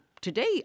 today